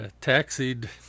taxied